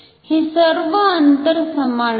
हे सर्व अंतर समान आहेत